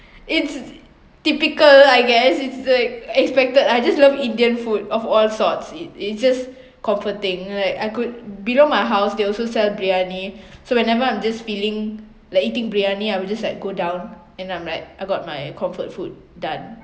it's typical I guess it's the expected I just love indian food of all sorts it it's just comforting like I could below my house they also sell briyani so whenever I'm just feeling like eating briyani I will just like go down and I'm like I got my comfort food done